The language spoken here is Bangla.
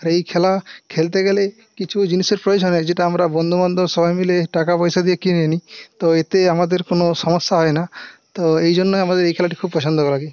এই খেলা খেলতে গেলে কিছু জিনিসের প্রয়োজন হয় যেটা আমরা বন্ধু বান্ধব সবাই মিলে টাকা পয়সা দিয়ে কিনে নিই তো এতে আমাদের কোনও সমস্যা হয় না তো এই জন্য আমাদের এই খেলাটি খুব পছন্দ লাগে